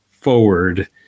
forward